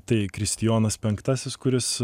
tai kristijonas penktasis kuris